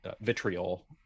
Vitriol